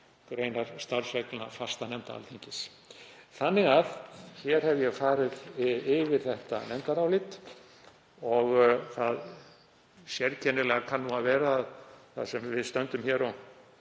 gr. starfsreglna fastanefnda Alþingis. Hér hef ég farið yfir þetta nefndarálit og það sérkennilega kann að vera, þar sem við stöndum hér og